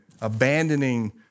abandoning